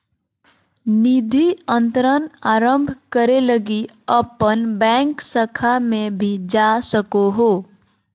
निधि अंतरण आरंभ करे लगी अपन बैंक शाखा में भी जा सको हो